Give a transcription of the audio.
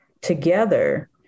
together